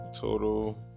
total